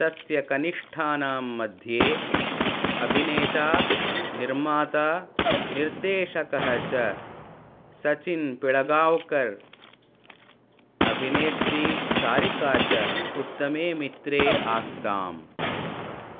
तस्य कनिष्ठानां मध्ये अभिनेता निर्माता निर्देशकः च सचिन् पिळगाव्कर् अभिनेत्री सारिका च उत्तमे मित्रे आस्ताम्